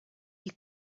you